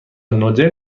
نودل